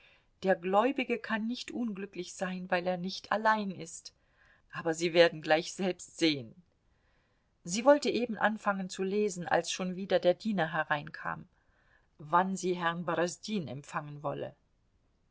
der gläubige kann nicht unglücklich sein weil er nicht allein ist aber sie werden gleich selbst sehen sie wollte eben anfangen zu lesen als schon wieder der diener hereinkam wann sie herrn borosdin empfangen wolle